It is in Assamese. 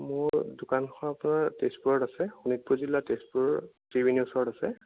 মোৰ দোকানখন আপোনাৰ তেজপুৰত আছে শোণিতপুৰ জিলাৰ তেজপুৰ ত্ৰিবেণীৰ ওচৰত আছে